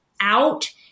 out